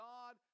God